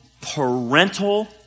parental